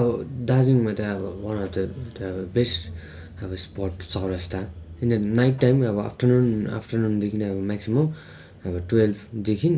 अब दार्जिलिङमा त अब one of the the best अब स्पट चौरस्ता किनभने नाइट टाइम अब आफटरनुन आफटरनुनदेखि नै अब म्याक्सिमम अब टुवेल्भदेखि